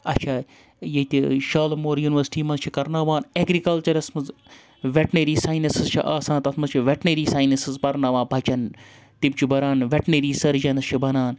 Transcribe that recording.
اچھا ییٚتہِ شالمور یونیورسٹی مَنٛز چھِ کَرناوان ایٮٚگرِکَلچَرَس مَنٛز ویٚٹنٔری ساینسٕز چھِ آسان تَتھ مَنٛز چھِ ویٚٹنٔری ساینسٕز پَرناوان بَچَن تِم چھِ بَران ویٚٹنٔری سٔرجَنٕز چھِ بَنان